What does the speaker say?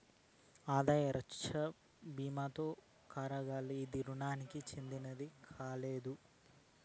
ఆదాయ రచ్చన బీమాతో కంగారేల, ఇది రుణానికి చెందినది కాదులే